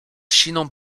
siną